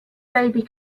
baby